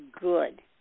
good